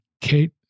Kate